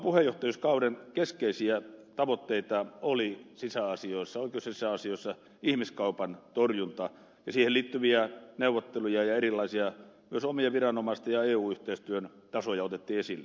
suomen puheenjohtajuuskauden keskeisiä tavoitteita oli oikeus ja sisäasioissa ihmiskaupan torjunta ja siihen liittyviä neuvotteluja ja erilaisia myös omien viranomaisten ja eu yhteistyön tasoja otettiin esille